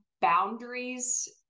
boundaries